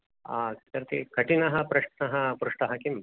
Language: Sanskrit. हा इत्यर्थे कठिनः प्रश्नः पृष्टः किम्